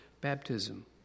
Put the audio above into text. baptism